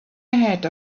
ahead